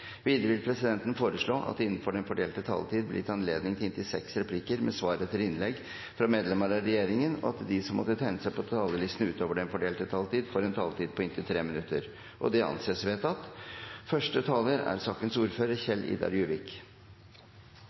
Videre vil presidenten foreslå at det – innenfor den fordelte taletid – blir gitt anledning til inntil seks replikker med svar etter innlegg fra medlemmer av regjeringen, og at de som måtte tegne seg på talerlisten utover den fordelte taletid, får en taletid på inntil 3 minutter. – Det anses vedtatt. Taxi er